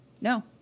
no